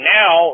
now